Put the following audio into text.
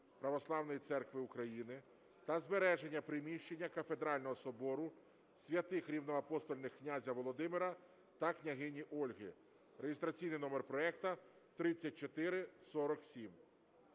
(Православної церкви України) та збереження приміщення Кафедрального собору святих рівноапостольних князя Володимира та княгині Ольги (реєстраційний номер проекту 3447).